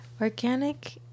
organic